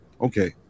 Okay